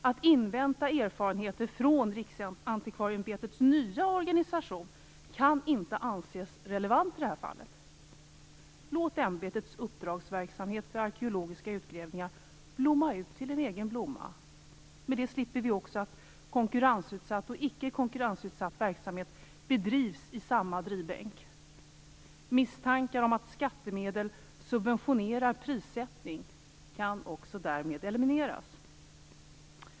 Att invänta erfarenheter från Riksantikvarieämbetets nya organisation kan inte anses relevant i det här fallet. Låt ämbetets uppdragsverksamhet för arkeologiska utgrävningar blomma ut till en egen blomma! Med det slipper vi också att konkurrensutsatt och icke-konkurrensutsatt verksamhet bedrivs i samma drivbänk. Misstankar om att skattemedel subventionerar prissättning kan också därmed elimineras.